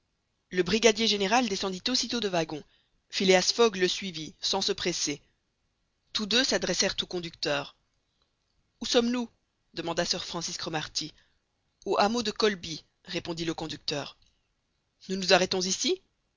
le brigadier général descendit aussitôt de wagon phileas fogg le suivit sans se presser tous deux s'adressèrent au conducteur où sommes-nous demanda sir francis cromarty au hameau de kholby répondit le conducteur nous nous arrêtons ici